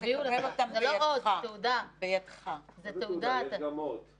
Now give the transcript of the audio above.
הבעיה הייתה שהיינו אז בין מערכת בחירות למערכת הבחירות,